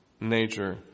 nature